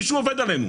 מישהו עובד עלינו.